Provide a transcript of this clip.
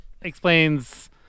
explains